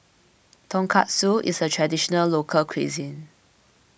Tonkatsu is a Traditional Local Cuisine